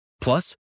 Plus